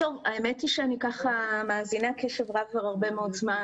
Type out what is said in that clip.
האמת היא שאני מאזינה קשב רב כבר הרבה מאוד זמן,